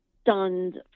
stunned